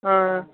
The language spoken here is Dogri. हां